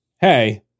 hey